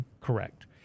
correct